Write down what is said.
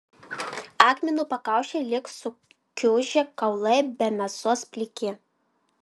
akmenų pakaušiai lyg sukiužę kaulai be mėsos pliki